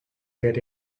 get